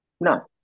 No